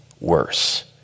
worse